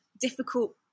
difficult